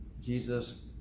jesus